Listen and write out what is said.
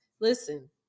Listen